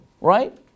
right